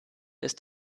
ist